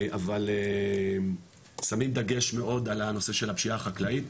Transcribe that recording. אבל שמים דגש מאוד על הנושא של הפשיעה החקלאית.